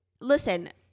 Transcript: listen